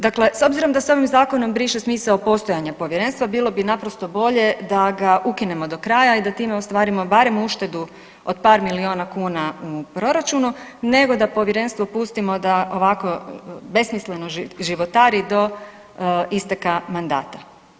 Dakle s obzirom da se ovim zakonom briše smisao postojanja povjerenstva, bilo naprosto bolje da ga ukinemo do kraja i da time ostvarimo barem uštedu od par miliona kuna u proračunu, nego da povjerenstvo pustimo da ovako besmisleno životari do isteka mandata.